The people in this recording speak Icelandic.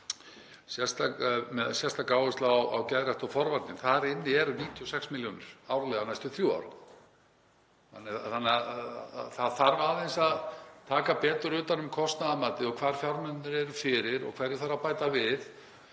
sérstakri áherslu á geðrækt og forvarnir. Þar eru 96 milljónir árlega næstu þrjú ár. Það þarf aðeins að taka betur utan um kostnaðarmatið og hvar fjármunirnir eru fyrir og hverju þarf að bæta við